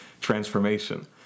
transformation